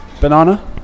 banana